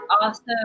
awesome